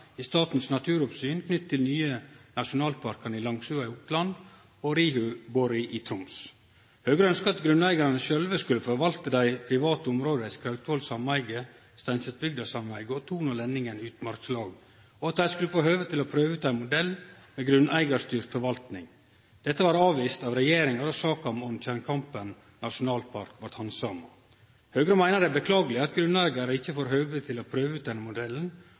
i Statens naturoppsyn knytte til dei nye nasjonalparkane Langsua i Oppland og Rohkunborri i Troms. Høgre ønskte at grunneigarane sjølve skulle forvalte dei private områda i Skrautvål sameige, Steinsetbygda sameige og Ton og Lenningen utmarkslag, og at dei skulle få prøve ut ein modell med grunneigarstyrt forvalting. Dette blei avvist av regjeringa då saka om Ormtjernkampen nasjonalpark blei handsama. Høgre meiner det er beklageleg at grunneigarane ikkje fekk høve til å prøve ut denne modellen,